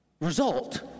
result